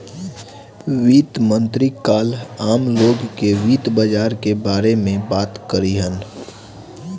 वित्त मंत्री काल्ह आम लोग से वित्त बाजार के बारे में बात करिहन